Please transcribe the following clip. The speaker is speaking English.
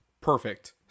Perfect